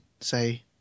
say